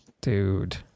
dude